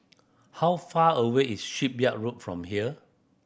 how far away is Shipyard Road from here